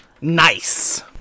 Nice